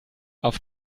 auf